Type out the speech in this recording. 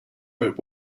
but